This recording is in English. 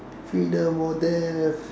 freedom or death